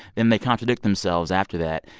and they contradict themselves after that.